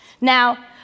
Now